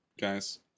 guys